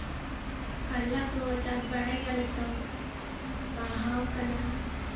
ᱠᱟᱞᱞᱟ ᱠᱚᱦᱚᱸ ᱪᱟᱥ ᱵᱟᱲᱟᱭ ᱜᱮᱭᱟᱞᱮ ᱛᱚ ᱵᱟᱦᱟᱣ ᱠᱟᱱᱟ